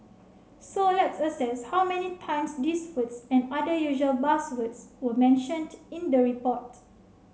so let's assess how many times these words and other usual buzzwords were mentioned in the report